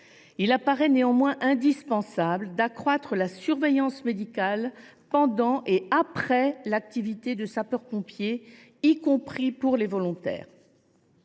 Il paraît néanmoins indispensable d’accroître la surveillance médicale pendant et après l’activité de sapeur pompier, y compris pour les volontaires.